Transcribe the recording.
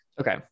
Okay